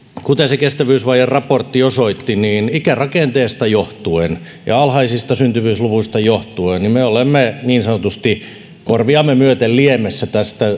kuten se kestävyysvajeen raportti osoitti niin ikärakenteesta johtuen ja alhaisista syntyvyysluvuista johtuen me olemme tässä niin sanotusti korviamme myöten liemessä